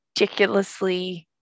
ridiculously